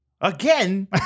Again